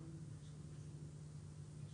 שנייה